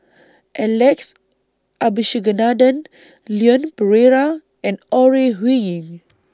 Alex Abisheganaden Leon Perera and Ore Huiying